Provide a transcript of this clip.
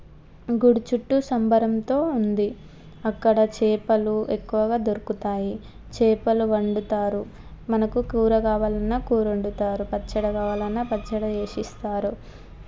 గుడి చుట్టూ సంబరంతో ఉంది అక్కడ చేపలు ఎక్కువగా దొరుకుతాయి చేపలు వండుతారు మనకు కూర కావాలన్నా కూరొండుతారు పచ్చడి కావాలన్నా పచ్చడి వేసిస్తారు